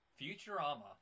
Futurama